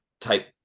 type